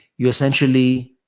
you essentially